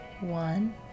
one